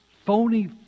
Phony